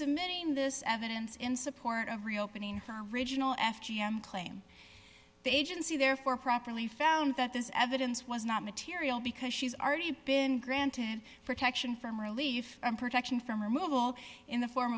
submitting this evidence in support of reopening her original f p m claim the agency therefore properly found that this evidence was not material because she's already been granted protection from relief and protection from removal in the form